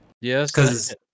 Yes